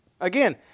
Again